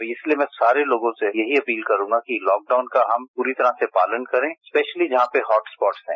तो इसलिए मैं सारे लोगों से ये ही अपील करूंगा कि लॉकडाउन का हम पूरी तरह से पालन करें स्पेशली जहां पर हॉटस्पॉट हैं